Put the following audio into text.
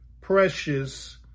precious